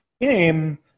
game